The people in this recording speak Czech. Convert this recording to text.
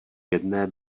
jedné